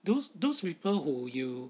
those those people who you